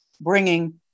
bringing